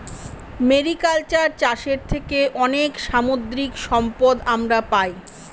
mariculture চাষের থেকে অনেক সামুদ্রিক সম্পদ আমরা পাই